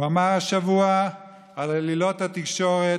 הוא אמר השבוע על עלילות התקשורת,